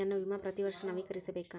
ನನ್ನ ವಿಮಾ ಪ್ರತಿ ವರ್ಷಾ ನವೇಕರಿಸಬೇಕಾ?